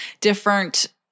different